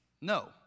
No